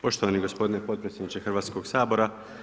Poštovani gospodine potpredsjedniče Hrvatskoga sabora.